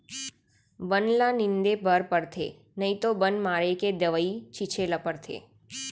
बन ल निंदे बर परथे नइ तो बन मारे के दवई छिंचे ल परथे